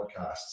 podcasts